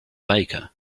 baker